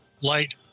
Light